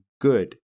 good